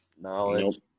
Knowledge